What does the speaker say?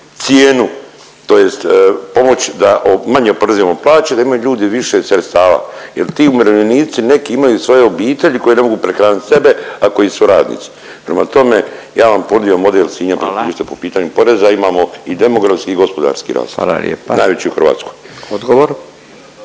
cijenu tj. pomoć da manje oporezujemo plaće da imaju ljudi više sredstava jer ti umirovljenici neki imaju svoje obitelji koje ne mogu prehranit sebe, a koji su radnici. Prema tome ja bi vam ponudio model Sinja …/Upadica Radin: Hvala./… po pitanju poreza imamo i demografski i gospodarski rast, …/Upadica Radin: Hvala